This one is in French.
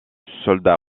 soldat